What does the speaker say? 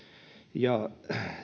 ja